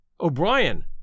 O'Brien